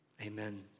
Amen